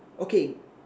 okay